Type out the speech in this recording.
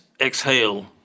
exhale